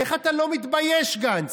איך אתה לא מתבייש, גנץ?